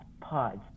Pods